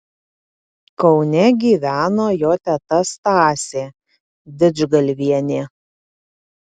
kaune gyveno jo teta stasė didžgalvienė